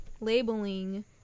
Labeling